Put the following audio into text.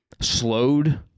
slowed